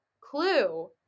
clue